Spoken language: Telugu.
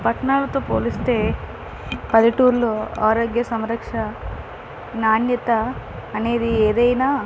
పట్నాలతో పోలిస్తే పల్లెటూర్లో ఆరోగ్య సంరక్ష నాణ్యత అనేది ఏదైనా